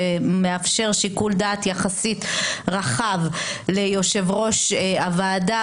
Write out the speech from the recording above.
שמאפשר שיקול דעת יחסית רכב ליושב-ראש הוועדה,